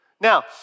Now